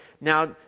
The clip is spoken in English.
now